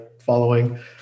following